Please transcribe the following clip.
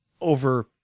over